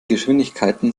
geschwindigkeiten